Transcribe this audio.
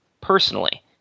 personally